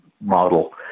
model